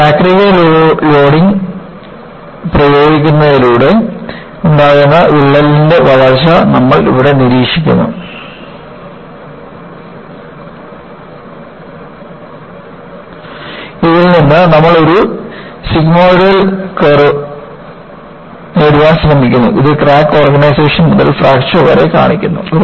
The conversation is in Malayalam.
ഒരു ചാക്രിക ലോഡിംഗ് പ്രയോഗിക്കുന്നതിലൂടെ ഉണ്ടാകുന്ന വിള്ളൽ ൻറെ വളർച്ച നമ്മൾ നിരീക്ഷിക്കുന്നു ഇതിൽ നിന്ന് നമ്മൾ ഒരു സിഗ്മോയ്ഡൽ കർവ് നേടാൻ ശ്രമിക്കുന്നു അത് ക്രാക്ക് ഓർഗനൈസേഷൻ മുതൽ ഫ്രാക്ചർ വരെ കാണിക്കുന്നു